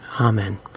Amen